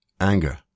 anger